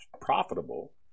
profitable